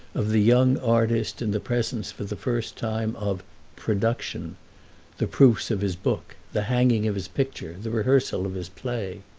of the young artist in the presence for the first time of production the proofs of his book, the hanging of his picture, the rehearsal of his play.